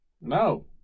No